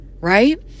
right